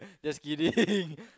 just kidding